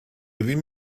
ddim